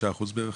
5% מהקרן,